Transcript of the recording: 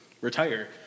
retire